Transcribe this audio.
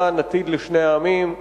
למען עתיד לשני העמים.